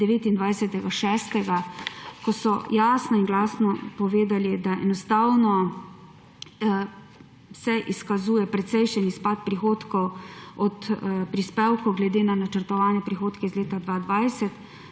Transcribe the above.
29. 6., ko so jasno in glasno povedali, da enostavno se izkazuje precejšnji izpad prihodkov od prispevkov glede na načrtovane prihodke iz leta 2020,